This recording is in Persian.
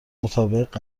مطابق